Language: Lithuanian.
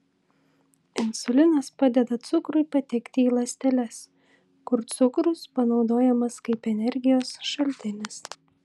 insulinas padeda cukrui patekti į ląsteles kur cukrus panaudojamas kaip energijos šaltinis